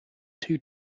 two